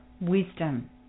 wisdom